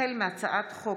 החל בהצעת חוק